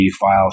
file